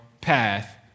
path